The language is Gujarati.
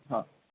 હા